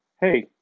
hey